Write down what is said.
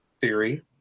theory